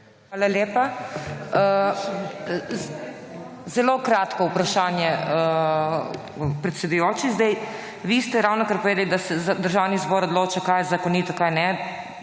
Hvala lepa. Zelo kratko vprašanje, predsedujoči. Zdaj, vi ste ravnokar povedali, da se je Državni zbor odločil kaj je zakonito, kaj ne.